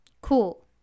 cool